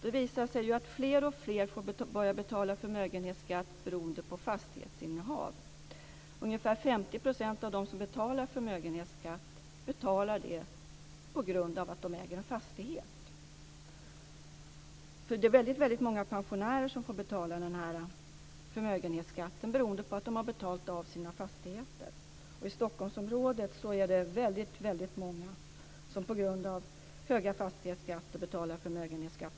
Det visar sig att fler och fler får börja betala förmögenhetsskatt beroende på fastighetsinnehav. Ungefär 50 % av de som betalar förmögenhetsskatt gör det på grund av att de äger en fastighet. Det är många pensionärer som får betala förmögenhetsskatt beroende på att de har betalat av sina fastigheter. I Stockholmsområdet är det väldigt många som på grund av höga fastighetsskatter betalar förmögenhetsskatt.